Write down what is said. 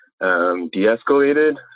de-escalated